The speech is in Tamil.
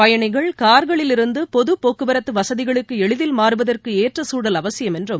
பயணிகள் கார்களிலிருந்து பொது போக்குவரத்து வசதிகளுக்கு எளிதில் மாறுவதற்கு ஏற்ற சூழல் அவசியம் என்றும்